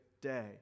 day